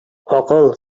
акыл